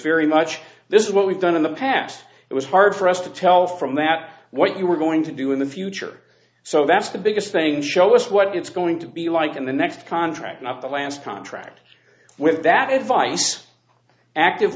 very much this is what we've done in the past it was hard for us to tell from that what you were going to do in the future so that's the biggest thing show us what it's going to be like in the next contract of the lance contract with that advice active